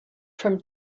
from